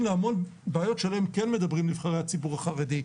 להמון בעיות שעליהם כן מדברים נבחרי הציבור החרדי,